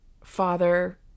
Father